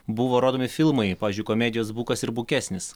buvo rodomi filmai pavyzdžiui komedijos bukas ir bukesnis